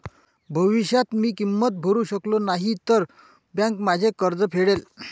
भविष्यात मी किंमत भरू शकलो नाही तर बँक माझे कर्ज फेडेल